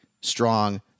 strong